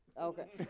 Okay